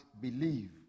believe